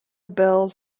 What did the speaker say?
bills